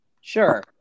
Sure